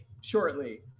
shortly